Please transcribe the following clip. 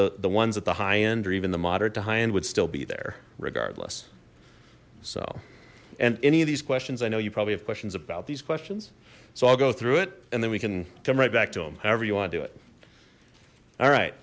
the the ones at the high end or even the moderate to high end would still be there regardless so and any of these questions i know you probably have questions about these questions so i'll go through it and then we can come right back to them however you want to do it all right